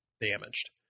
damaged